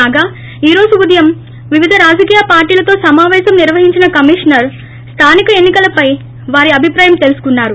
కాగా ఈ రోజు ఉదయం వివిధ రాజకీయ పార్టీలతో సమాపేశం నిర్వహించిన కమిషనర్ స్థానిక ఎన్ని కలపై వారి అభిప్రాయం తెలుసుకున్నారు